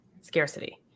Scarcity